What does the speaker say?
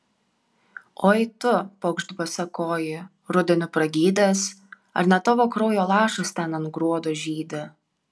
oi tu paukšt basakoji rudeniu pragydęs ar ne tavo kraujo lašas ten ant gruodo žydi